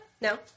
No